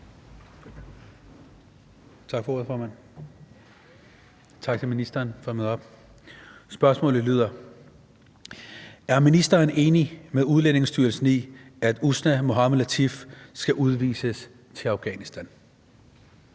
Er ministeren enig med Udlændingestyrelsen i, at Usna Mohammed Latif skal udvises til Afghanistan?